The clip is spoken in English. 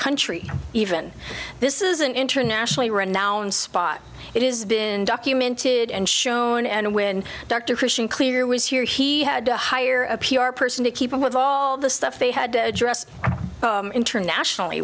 country even this is an internationally renowned spot it is been documented and shown and when dr christian clear was here he had to hire a p r person to keep up with all the stuff they had to address internationally